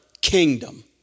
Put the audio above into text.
kingdom